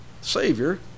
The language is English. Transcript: Savior